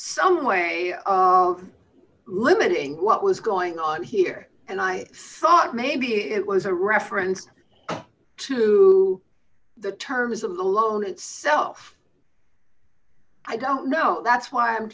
some way of limiting what was going on here and i thought maybe it was a reference to the terms of the loan itself i don't know that's why i'm